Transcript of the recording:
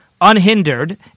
unhindered